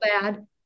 bad